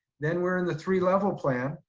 then we're in the three level plan.